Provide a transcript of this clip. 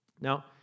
Now